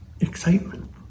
excitement